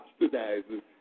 subsidizes